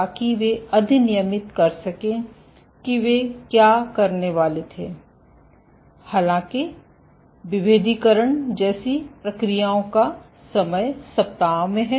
ताकि वे अधिनियमित कर सकें कि वे क्या करने वाले थे हालाँकि विभेदीकरण जैसी प्रक्रियाओं का समय सप्ताह में है